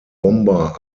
bomber